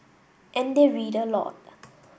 and they read a lot